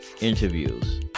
interviews